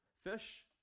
Fish